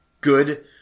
good